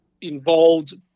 involved